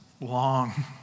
long